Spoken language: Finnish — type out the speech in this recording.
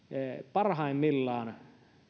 parhaimmillaan